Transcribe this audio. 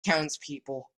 townspeople